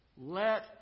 let